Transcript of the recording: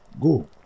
go